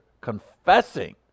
confessing